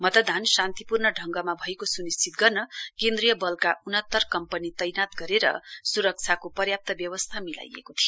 मतदान शान्तिपूर्ण ढ़गमा भएको स्निश्चित गर्न केन्द्रीय बलका उनात्तर कम्पनी तैनात गरेर सुरक्षाको प्रर्याप्त व्यवस्था मिलाइएको थियो